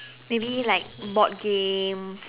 maybe like board game